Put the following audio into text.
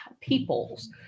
peoples